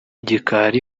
gikari